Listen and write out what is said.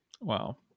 Wow